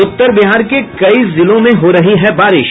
उत्तर बिहार के कई जिलों में हो रही है बारिश